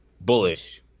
bullish